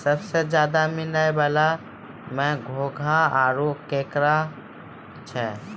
सबसें ज्यादे मिलै वला में घोंघा आरो केकड़ा छै